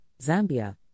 Zambia